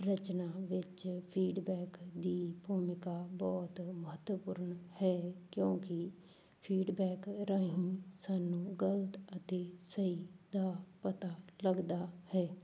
ਰਚਨਾ ਵਿੱਚ ਫੀਡਬੈਕ ਦੀ ਭੂਮਿਕਾ ਬਹੁਤ ਮਹੱਤਵਪੂਰਨ ਹੈ ਕਿਉਂਕਿ ਫੀਡਬੈਕ ਰਾਹੀਂ ਸਾਨੂੰ ਗਲਤ ਅਤੇ ਸਹੀ ਦਾ ਪਤਾ ਲੱਗਦਾ ਹੈ